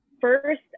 first